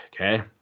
okay